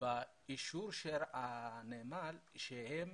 באישור נאמר שהם